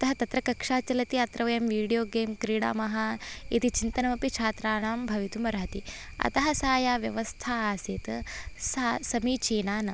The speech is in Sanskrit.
तत्र कक्ष्या चलति अत्र वयं वीडियोगेम् क्रीडामः इति चिन्तनमपि छात्राणां भवितुम् अर्हति अतः सा या व्यवस्था आसीत् सा समीचीना न